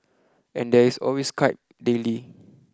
and there is always Skype daily